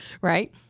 Right